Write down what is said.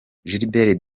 gilbert